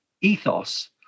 ethos